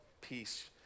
peace